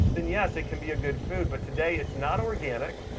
then yes, it can be a good food. but today it's not organic,